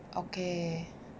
okay